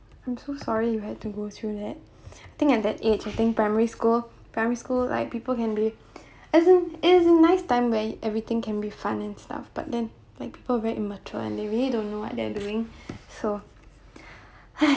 I'm so sorry you had to go through that think at that age I think primary school primary school like people can be as in is a nice time where everything can be fun and stuff but then like people very immature and they really don't know what they're doing so